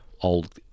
old